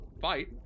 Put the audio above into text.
Fight